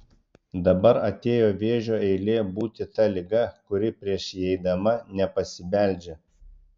dabar atėjo vėžio eilė būti ta liga kuri prieš įeidama nepasibeldžia